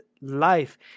life